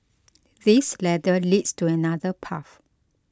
this ladder leads to another path